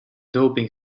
doping